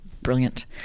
Brilliant